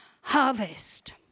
harvest